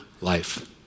life